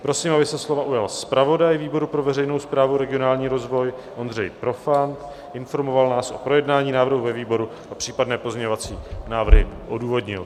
Prosím, aby se slova ujal zpravodaj výboru pro veřejnou správu, regionální rozvoj Ondřej Profant, informoval nás o projednání návrhu ve výboru, případné pozměňovací návrhy odůvodnil.